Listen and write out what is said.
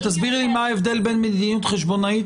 תסבירי לי מה ההבדל בין מדיניות חשבונאית